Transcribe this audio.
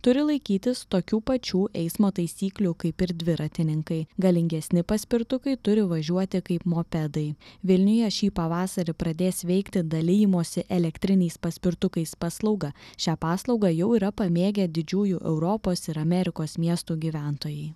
turi laikytis tokių pačių eismo taisyklių kaip ir dviratininkai galingesni paspirtukai turi važiuoti kaip mopedai vilniuje šį pavasarį pradės veikti dalijimosi elektriniais paspirtukais paslauga šią paslaugą jau yra pamėgę didžiųjų europos ir amerikos miestų gyventojai